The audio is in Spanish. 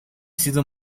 sido